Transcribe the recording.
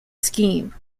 scheme